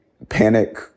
panic